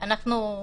אנחנו,